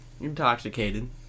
intoxicated